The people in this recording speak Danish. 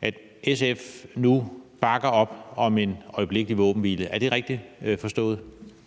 at SF nu bakker op om en øjeblikkelig våbenhvile. Er det rigtigt forstået?